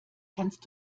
kannst